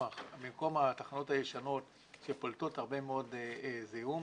התחנות הישנות שפולטות הרבה מאוד זיהום,